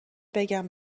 بگم